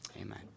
amen